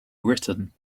written